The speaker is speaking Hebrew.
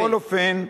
בכל אופן,